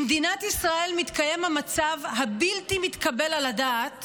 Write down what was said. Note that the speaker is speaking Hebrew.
במדינה ישראל מתקיים המצב הבלתי-מתקבל על הדעת